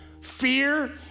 fear